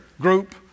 group